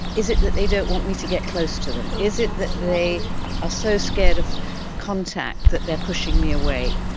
is it that they don't want me to get close to them, is it that they are ah so scared of contact that they are pushing me away?